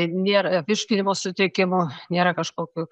nėra virškinimo sutrikimų nėra kažkokių